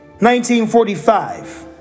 1945